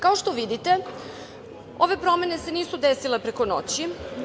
Kao što vidite, ove promene se nisu desile preko noći.